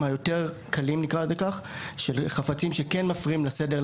הקלים יותר של חפצים שכן מפריעים לסדר,